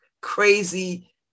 crazy